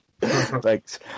thanks